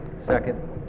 Second